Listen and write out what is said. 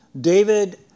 David